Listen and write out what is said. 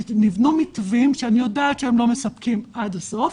נבנו מתווים שאני יודעת שהם לא מספקים עד הסוף,